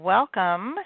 Welcome